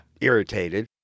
irritated